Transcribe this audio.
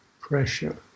pressure